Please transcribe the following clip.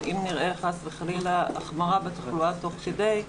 אם נראה חס וחלילה החמרה בתחלואה תוך כדי,